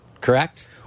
correct